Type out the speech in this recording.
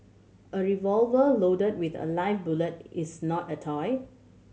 a revolver loaded with a live bullet is not a toy